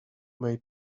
may